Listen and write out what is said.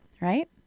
right